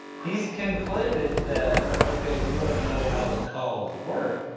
he's concluded that, okay if you wanna know how the calls work,